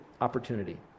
opportunity